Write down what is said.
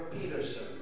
Peterson